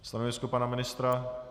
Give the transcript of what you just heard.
Stanovisko pana ministra?